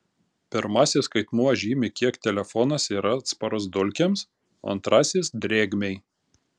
pirmasis skaitmuo žymi kiek telefonas yra atsparus dulkėms o antrasis drėgmei